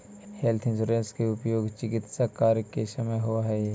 health insurance के उपयोग चिकित्स कार्य के समय होवऽ हई